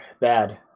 bad